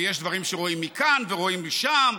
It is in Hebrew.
ויש דברים שרואים מכאן ורואים משם,